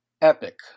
epic